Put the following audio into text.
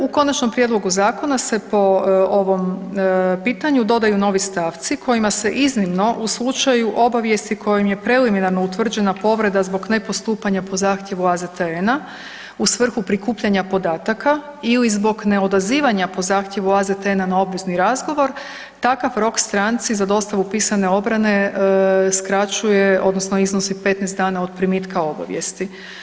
U konačnom prijedlogu zakona se po ovom pitanju dodaju novi stavci kojima se iznimno u slučaju obavijesti kojim je preliminarno utvrđena povreda zbog ne postupanja po zahtjevu AZTN-a u svrhu prikupljanja podataka ili zbog neodazivanja po zahtjevu AZTN-a na obvezni razgovor, takav rok stranci za dostavu pisane obrane skraćuje odnosno iznosi 15 dana od primitka obavijesti.